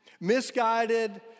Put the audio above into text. Misguided